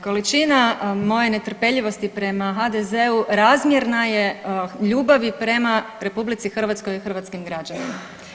Količina moje netrpeljivosti prema HDZ-u razmjerna ljubavi prema RH i hrvatskim građanima.